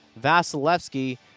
Vasilevsky